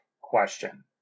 question